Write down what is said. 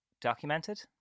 documented